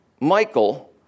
Michael